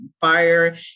fire